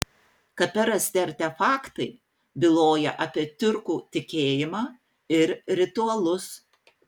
kape rasti artefaktai byloja apie tiurkų tikėjimą ir ritualus